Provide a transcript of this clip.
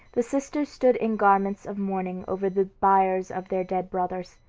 the sisters stood in garments of mourning over the biers of their dead brothers.